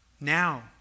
now